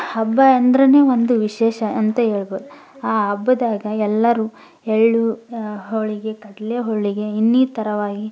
ಹಬ್ಬ ಅಂದ್ರೆ ಒಂದು ವಿಶೇಷ ಅಂತ ಹೇಳ್ಬೋದ್ ಆ ಹಬ್ಬದಾಗ ಎಲ್ಲರೂ ಎಳ್ಳು ಹೋಳಿಗೆ ಕಡಲೆ ಹೋಳಿಗೆ ಇನ್ನಿತರವಾಗಿ